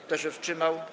Kto się wstrzymał?